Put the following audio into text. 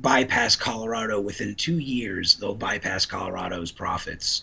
bypass colorado within two years though bypass colorado's profits